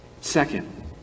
Second